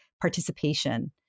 participation